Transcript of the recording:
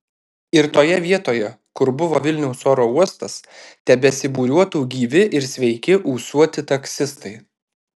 ir toje vietoje kur buvo vilniaus oro uostas tebesibūriuotų gyvi ir sveiki ūsuoti taksistai